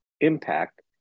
impact